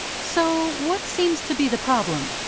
so what seems to be the problem?